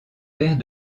père